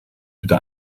bitte